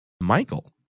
Michael